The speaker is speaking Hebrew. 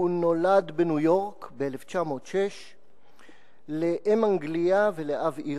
הוא נולד בניו-יורק ב-1906 לאם אנגלייה ולאב אירי.